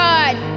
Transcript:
God